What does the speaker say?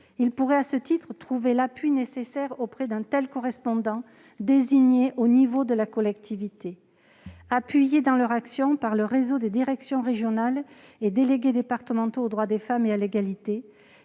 Ils pourraient dans ce contexte trouver l'appui nécessaire auprès d'un tel correspondant, désigné à l'échelon de la collectivité. Soutenus dans leur action par le réseau des directions régionales et les délégués départementaux aux droits des femmes et à l'égalité,